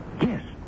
yes